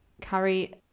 carry